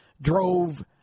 drove